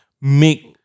make